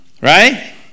right